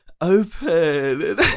open